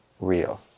real